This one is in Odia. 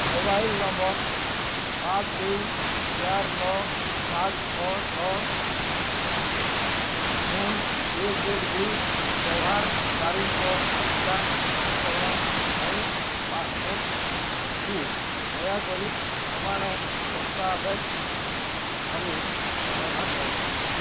ମୋବାଇଲ୍ ନମ୍ବର୍ ସାତ ଦୁଇ ଚାରି ନଅ ସାତ ଛଅ ଛଅ ଶୂନ ଏକ ଏକ ଦୁଇ ବ୍ୟବହାରକାରୀଙ୍କ ଟିକା ପଞ୍ଜୀକରଣ ପାଇଁ ପାସ୍ପୋର୍ଟ୍କୁ ଦୟାକରି ପ୍ରମାଣ ଦସ୍ତାବେଜ ଭାବେ ବ୍ୟବହାର କର